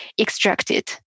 extracted